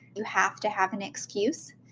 you have to have an excuse.